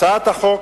הצעת החוק